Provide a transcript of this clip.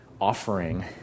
offering